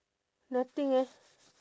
nothing eh